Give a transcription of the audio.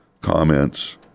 comments